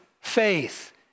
faith